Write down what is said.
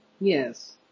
Yes